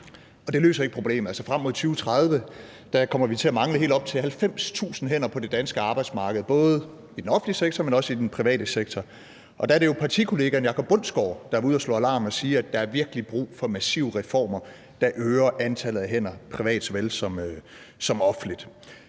det løser ikke problemet. Frem mod 2030 kommer vi til at mangle helt op til 90.000 hænder på det danske arbejdsmarked, både i den offentlige sektor, men også i den private sektor, og der er det jo statsministerens partikollega hr. Jacob Bundsgaard, der har været ude at slå alarm og sige, at der virkelig er brug for massive reformer, der øger antallet af hænder i det private såvel som i det offentlige.